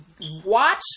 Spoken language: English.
watch